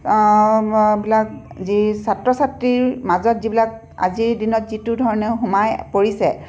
বিলাক যি ছাত্ৰ ছাত্ৰীৰ মাজত যিবিলাক আজিৰ দিনত যিটো ধৰণে সোমাই পৰিছে